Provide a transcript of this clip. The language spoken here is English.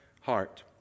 heart